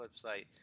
website